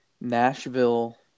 Nashville